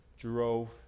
drove